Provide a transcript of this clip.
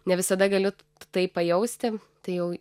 ne visada galiu tai pajausti tai jau